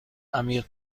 عمیق